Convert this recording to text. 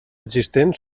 existent